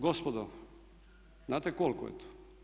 Gospodo znate koliko je to?